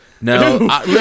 No